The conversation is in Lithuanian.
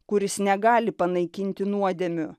kuris negali panaikinti nuodėmių